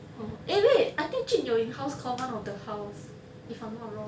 orh eh wait I think jun you in house comm one of the house if I'm not wrong